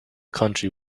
country